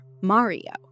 Mario